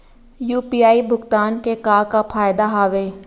UPI भुगतान के का का फायदा हावे?